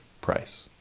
price